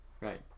Right